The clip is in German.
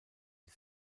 die